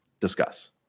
discuss